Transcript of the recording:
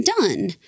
done